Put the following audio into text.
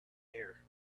here